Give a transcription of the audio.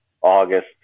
August